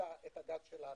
לגז שלנו.